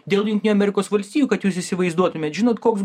dėl jungtinių amerikos valstijų kad jūs įsivaizduotumėt žinot koks